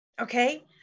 Okay